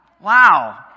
Wow